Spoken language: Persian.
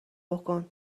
بکن